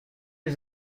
les